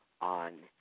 on